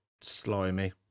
slimy